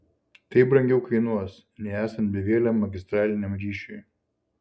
tai brangiau kainuos nei esant bevieliam magistraliniam ryšiui